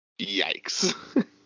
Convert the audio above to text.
Yikes